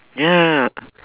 ya